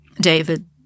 David